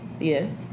Yes